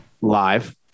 Live